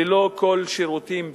ללא כל שירותים בסיסיים.